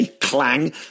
clang